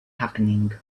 happening